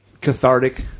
cathartic